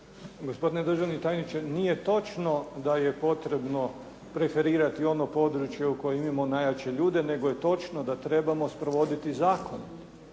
Gospodine državni tajniče, nije točno da je potrebno preferirati ono područje u kojem imamo najjače ljude nego je točno da trebamo sprovoditi zakon